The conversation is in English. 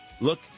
Look